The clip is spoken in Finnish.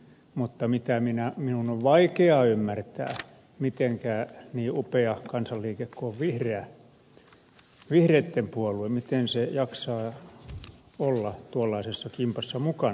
mutta minun on vaikea ymmärtää mitenkä niin upea kansanliike kuin vihreitten puolue jaksaa olla tuollaisessa kimpassa mukana